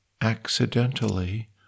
accidentally